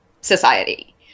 society